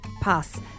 Pass